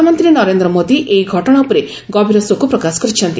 ପ୍ରଧାନମନ୍ତ୍ରୀ ନରେନ୍ଦ୍ର ମୋଦି ଏହି ଘଟଣା ଉପରେ ଗଭୀର ଶୋକ ପ୍ରକାଶ କରିଛନ୍ତି